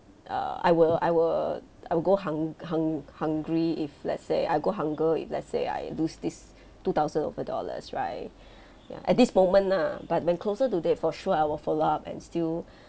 err I will I will I will go hung~ hung~ hungry if let's say I go hunger if let's say I lose this two thousand over dollars right ya at this moment lah but when closer to date for sure I will follow up and still